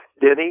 Denny